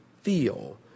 feel